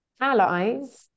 allies